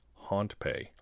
HauntPay